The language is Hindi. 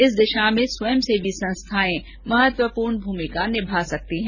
इस दिशा में स्वयंसेवी संस्थाएं महत्वपूर्ण भूमिका निभा सकती हैं